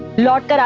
locked